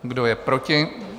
Kdo je proti?